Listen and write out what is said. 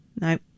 No